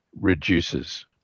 reduces